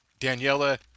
Daniela